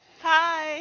Hi